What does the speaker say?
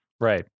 right